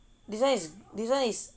this [one] is this [one] is